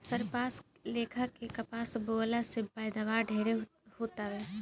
सरपास लेखा के कपास बोअला से पैदावार ढेरे हो तावे